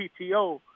PTO